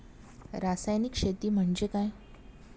रासायनिक शेती म्हणजे काय?